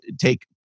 take